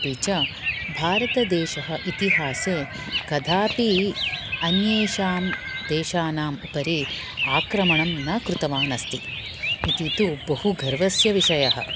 अपि च भारतदेशः इतिहासे कदापि अन्येषां देशानां उपरि आक्रमणं न कृतवान् अस्ति इति तु बहु गर्वस्य विषयः